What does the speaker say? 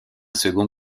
second